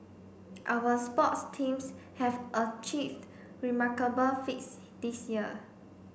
our sports teams have achieved remarkable feats this year